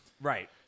right